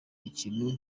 ikintu